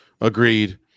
Agreed